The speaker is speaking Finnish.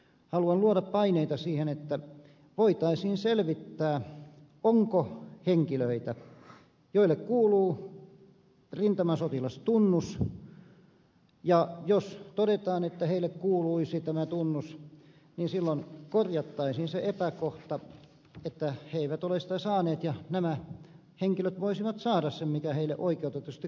haluan luoda paineita siihen että voitaisiin selvittää onko henkilöitä joille kuuluu rintamasotilastunnus ja jos todetaan että heille kuuluisi tämä tunnus niin silloin korjattaisiin se epäkohta että he eivät ole sitä saaneet ja nämä henkilöt voisivat saada sen tunnuksen mikä heille oikeutetusti kuuluu